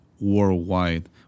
worldwide